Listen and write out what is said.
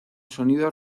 sonido